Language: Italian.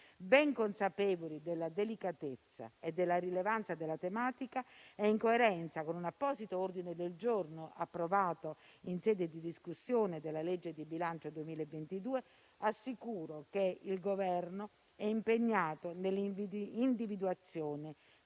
ben consapevoli della delicatezza e della rilevanza della tematica e in coerenza con un apposito ordine del giorno approvato in sede di discussione della legge di bilancio 2022, assicuro che il Governo è impegnato nell'individuazione